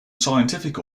scientific